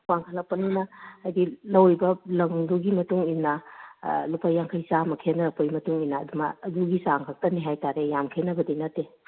ꯋꯥꯡꯈꯠꯂꯛꯄꯅꯤꯅ ꯍꯥꯏꯗꯤ ꯂꯧꯔꯤꯕ ꯂꯪꯗꯨꯒꯤ ꯃꯇꯨꯡ ꯏꯟꯅ ꯂꯨꯄꯥ ꯌꯥꯡꯈꯩ ꯆꯥꯃ ꯈꯦꯠꯅꯔꯛꯄꯩ ꯃꯇꯨꯡ ꯏꯟꯅ ꯑꯗꯨꯒꯤ ꯆꯥꯡ ꯈꯛꯇꯅꯤ ꯍꯥꯏꯇꯔꯦ ꯌꯥꯝ ꯈꯦꯠꯅꯕꯗꯤ ꯅꯠꯇꯦ